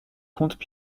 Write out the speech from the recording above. comptent